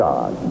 God